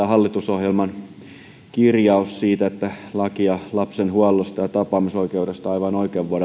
hallitusohjelman kirjaus siitä että lakia lapsen huollosta ja tapaamisoikeudesta aivan oikein vuodelta kahdeksankymmentäkolme edustaja